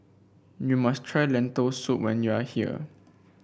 you must try Lentil Soup when you are here